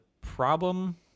problem